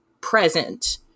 present